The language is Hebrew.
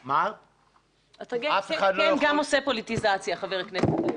אתה גם כן עושה פוליטיזציה, חבר הכנסת לוי.